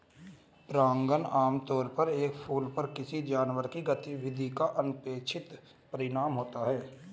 परागण आमतौर पर एक फूल पर किसी जानवर की गतिविधि का अनपेक्षित परिणाम होता है